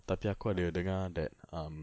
tapi aku ada dengar that um